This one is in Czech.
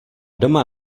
doma